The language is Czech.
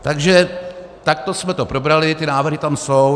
Takže takto jsme to probrali, ty návrhy tam jsou.